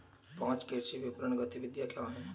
पाँच कृषि विपणन गतिविधियाँ क्या हैं?